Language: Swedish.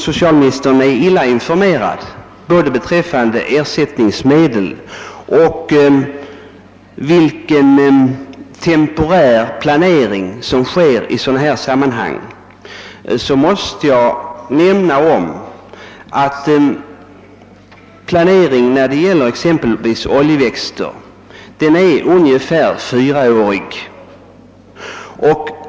Socialministern är emellertid dåligt informerad både beträffande ersättningsmedel och den temporära planering som görs i sådana här sammanhang. Planeringen när det gäller exempelvis oljeväxter är ungefär fyraårig.